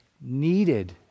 needed